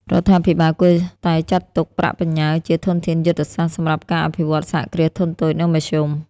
រដ្ឋាភិបាលគួរតែចាត់ទុកប្រាក់បញ្ញើជា "ធនធានយុទ្ធសាស្ត្រ" សម្រាប់ការអភិវឌ្ឍ សហគ្រាសធុនតូច និងមធ្យម។